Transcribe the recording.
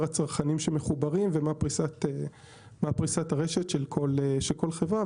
הצרכנים שמחוברים ומה פרישת הרשת של כל חברה.